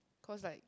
cause like